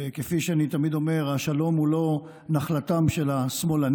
וכפי שאני תמיד אומר השלום הוא לא נחלתם של השמאלנים